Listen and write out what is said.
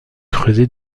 creusé